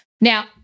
now